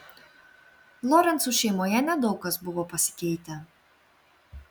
lorencų šeimoje nedaug kas buvo pasikeitę